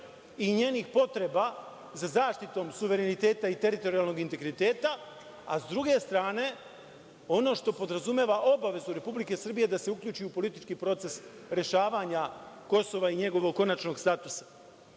i njenih potreba za zaštitom suvereniteta i teritorijalnog integriteta, a sa druge strane ono što podrazumeva obavezu Republike Srbije, da se uključi u politički proces rešavanja Kosova i njegovog konačnog statusa.U